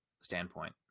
standpoint